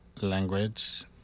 language